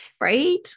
right